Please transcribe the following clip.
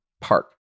Park